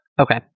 okay